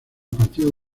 partidos